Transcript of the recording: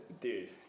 dude